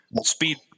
Speed